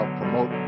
promote